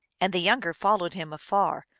and the younger followed him afar.